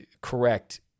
correct